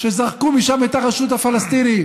שזרקו משם את הרשות הפלסטינית,